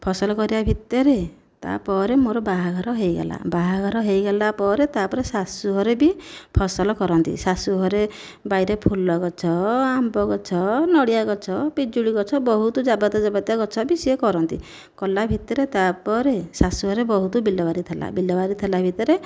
ଫସଲ କରିବା ଭିତରେ ତାପରେ ମୋର ବାହାଘର ହୋ ଇଗଲା ବାହାଘର ହୋ ଇଗଲା ପରେ ତାପରେ ଶାଶୁଘରେ ବି ଫସଲ କରନ୍ତି ଶାଶୁଘରେ ବାରିରେ ଫୁଲଗଛ ଆମ୍ବଗଛ ନଡ଼ିଆଗଛ ପିଜୁଳି ଗଛ ବହୁତ ଯବାତ୍ୟା ଗଛ ବି ସେ କରନ୍ତି କଲା ଭିତରେ ତାପରେ ଶାଶୁଘରେ ବହୁତ ବିଲାବାଡ଼ି ଥିଲା ବିଲବାଡ଼ି ଥିଲା ଭିତରେ